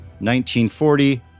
1940